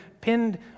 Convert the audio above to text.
pinned